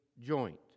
joint